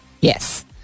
yes